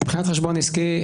מבחינת חשבון עסקי,